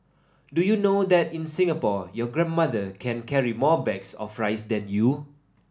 do you know that in Singapore your grandmother can carry more bags of rice than you